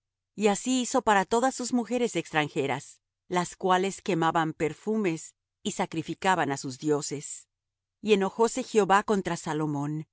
y así hizo para todas sus mujeres extranjeras las cuales quemaban perfumes y sacrificaban á sus dioses y enojóse jehová contra salomón por